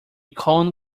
cone